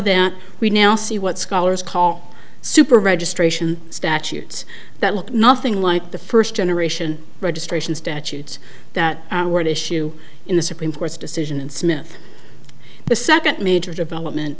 that we now see what scholars call super registration statutes that look nothing like the first generation registration statutes that were an issue in the supreme court's decision and smith the second major development